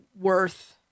worth